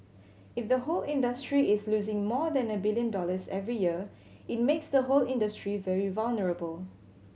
if the whole industry is losing more than a billion dollars every year it makes the whole industry very vulnerable